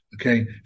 okay